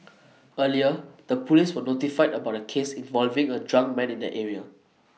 earlier the Police were notified about A case involving A drunk man in the area